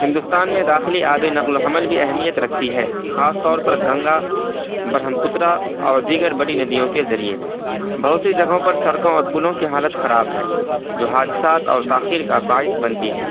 ہندوستان میں داخلی آبی نقل و حمل بھی اہمیت رکھتی ہے خاص طور پر گنگا برہم پترا اور دیگر بڑی ندیوں کے ذریعے بہت سی جگہوں پر سڑکوں اور پلوں کی حالت خراب ہے جو حادثات اور تاخیر کا باعث بنتی ہے